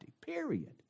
period